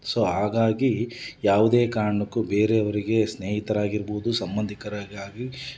so ಹಾಗಾಗಿ ಯಾವುದೇ ಕಾರಣಕ್ಕು ಬೇರೆಯವರಿಗೆ ಸ್ನೇಹಿತರಾಗಿರಬೋದು ಸಂಬಂಧಿಕರಿಗಾಗಿ